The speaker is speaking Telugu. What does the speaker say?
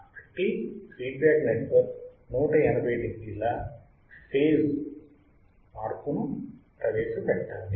కాబట్టి ఫీడ్ బ్యాక్ నెట్వర్క్ 180 డిగ్రీల ఫేజ్ మార్పును ప్రవేశపెట్టాలి